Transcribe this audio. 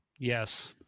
Yes